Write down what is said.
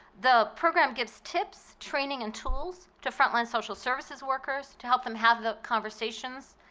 the program gives tips, training and tools to frontline social services workers to help them have the conversations.